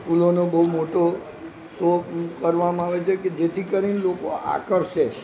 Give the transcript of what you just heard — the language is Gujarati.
ફૂલોનો બહુ મોટો શો કરવામાં આવે છે કે જેથી કરીને લોકો આકર્ષે